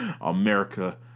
America